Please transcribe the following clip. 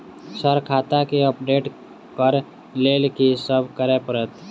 Sir खाता केँ update करऽ लेल की सब करै परतै?